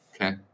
Okay